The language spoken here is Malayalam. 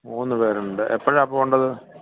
മൂന്ന് പേരുണ്ട് എപ്പോഴാണ് പോവേണ്ടത്